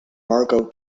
marco